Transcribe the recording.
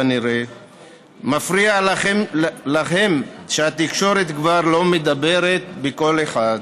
כנראה מפריע לכם שהתקשורת כבר לא מדברת בקול אחד.